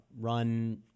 run